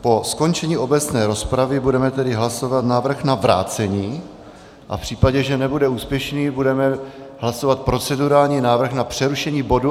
Po skončení obecné rozpravy budeme tedy hlasovat návrh na vrácení a v případě, že nebude úspěšný, budeme hlasovat procedurální návrh na přerušení bodu.